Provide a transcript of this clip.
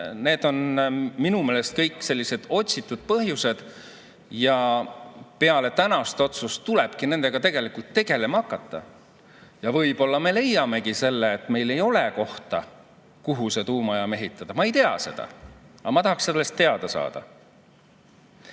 need on minu meelest kõik sellised otsitud põhjused. Ja peale tänast otsust tulebki nendega tegelema hakata. Ja võib-olla me leiamegi, et meil ei ole kohta, kuhu see tuumajaam ehitada. Ma ei tea seda, aga ma tahaksin teada saada.